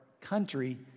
country